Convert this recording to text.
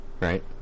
Right